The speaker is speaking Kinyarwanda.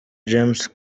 james